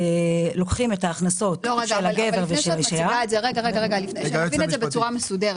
לוקחים את ההכנסות- -- נציג את זה בצורה מסודרת